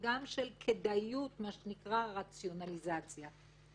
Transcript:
וגם של כדאיות, מה שנקרא, רציונליזציה.